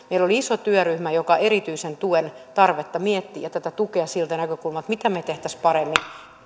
meillä oli iso työryhmä joka erityisen tuen tarvetta ja tukea mietti siitä näkökulmasta että mitä tekisimme paremmin